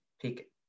pick